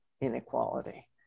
inequality